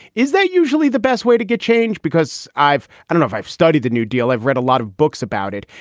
is that usually the best way to get change? because i've i don't i've i've studied the new deal. i've read a lot of books about it.